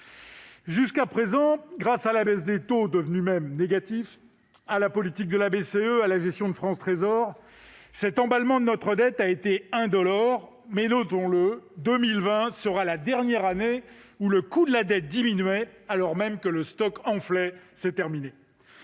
Jusqu'à présent, grâce à la baisse des taux devenus même négatifs, à la politique de la BCE et à la gestion de France Trésor l'emballement de notre dette a été indolore, mais 2020 sera la dernière année où son coût diminuera alors même que le stock enfle : ce sera terminé